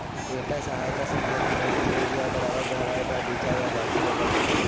एकर सहायता से खेत में उचित दूरी और बराबर गहराई पर बीचा या गाछी रोपल जा हई